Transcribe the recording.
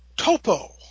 Topo